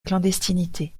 clandestinité